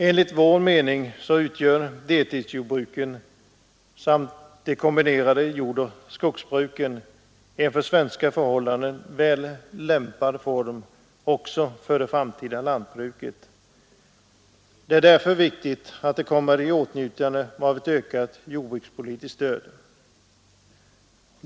Enligt vår mening utgör deltidsjordbruken samt de kombinerade jordoch skogsbruken en för svenska förhållanden väl lämpad form för det framtida lantbruket. Det är därför viktigt att de kommer i åtnjutande av ett ökat jordbrukspolitiskt stöd.